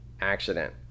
accident